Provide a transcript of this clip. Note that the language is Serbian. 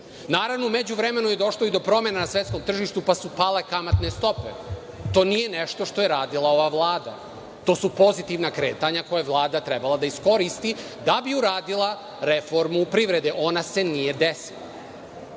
veće. Naravno, u međuvremenu je došlo i do promena na svetskom tržištu, pa su pale kamatne stope. To nije nešto što je radila ova Vlada, to su pozitivna kretanja koja je Vlada trebala da iskoristi da bi uradila reformu privrede. Ona se nije